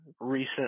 recent